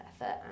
effort